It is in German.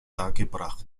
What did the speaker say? dargebracht